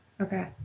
Okay